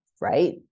right